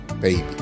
baby